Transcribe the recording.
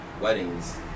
weddings